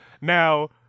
Now